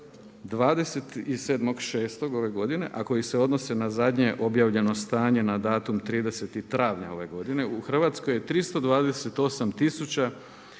27.6. ove godine a koji se odnose na zadnje objavljeno stanje na datum 30. travnja ove godine, u Hrvatskoj je 328